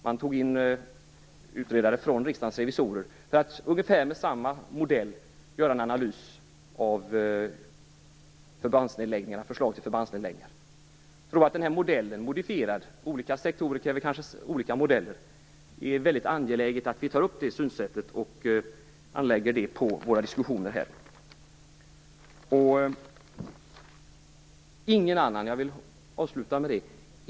Man tog in utredare från Riksdagens revisorer för att ungefär med samma modell göra en analys av förslag till förbandsnedläggningar. Olika sektorer kräver kanske olika modeller, man jag tror att det är angeläget att vi använder den här modellens synsätt i våra diskussioner här.